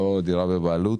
לא דירה בבעלות,